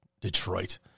Detroit